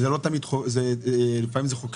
לפעמים החג